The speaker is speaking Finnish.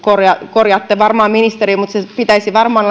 korjaatte varmaan ministeri sen pitäisi varmaan